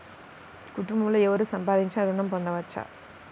కుటుంబంలో ఎవరు సంపాదించినా ఋణం పొందవచ్చా?